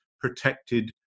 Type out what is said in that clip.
protected